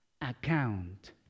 account